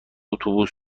اتوبوس